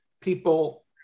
people